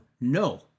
no